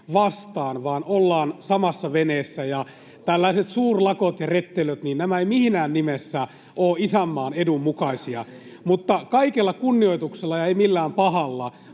vaan ollaan samassa veneessä, ja tällaiset suurlakot ja rettelöt eivät missään nimessä ole isänmaan edun mukaisia. Mutta kaikella kunnioituksella ja ei millään pahalla